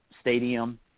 stadium